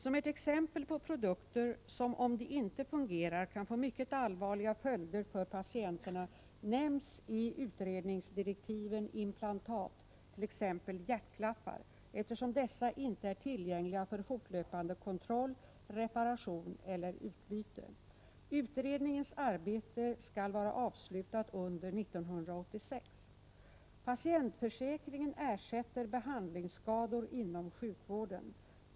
Som ett exempel på produkter som om de inte fungerar kan få mycket allvarliga följder för patienterna nämns i utredningsdirektiven implantat, t.ex. hjärtklaffar, eftersom dessa inte är tillgängliga för fortlöpande kontroll, reparation eller utbyte. Utredningens arbete skall vara avslutat under år 1986. Patientförsäkringen ersätter behandlingsskador inom sjukvården.